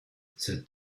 cet